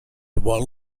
while